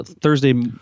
Thursday